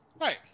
Right